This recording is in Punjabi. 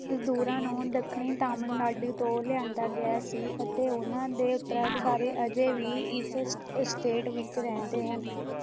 ਮਜ਼ਦੂਰਾਂ ਨੂੰ ਦੱਖਣੀ ਤਾਮਿਲਨਾਡੂ ਤੋਂ ਲਿਆਉਂਦਾ ਗਿਆ ਸੀ ਅਤੇ ਉਨ੍ਹਾਂ ਦੇ ਉੱਤਰਾਧਿਕਾਰੀ ਅਜੇ ਵੀ ਇਸ ਸ ਸਟੇਟ ਵਿੱਚ ਰਹਿੰਦੇ ਹਨ